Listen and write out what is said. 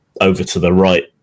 over-to-the-right